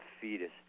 fetus